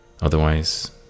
Otherwise